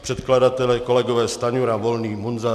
Předkladatelé kolegové Stanjura, Volný, Munzar.